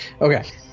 Okay